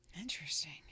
interesting